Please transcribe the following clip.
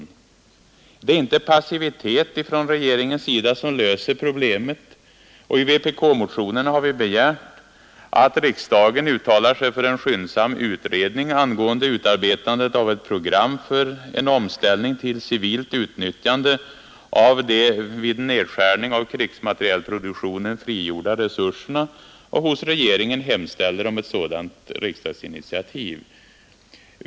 27 april 1972 Det är inte passivitet från regeringens sida som löser problemet. I vpk-motionen har vi begärt att riksdagen uttalar sig för en skyndsam frigjorda resurserna och hos regeringen hemställer om ett sådant initiativ.